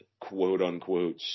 quote-unquote